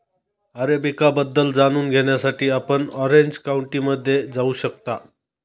arabica बद्दल जाणून घेण्यासाठी आपण ऑरेंज काउंटीमध्ये जाऊ शकता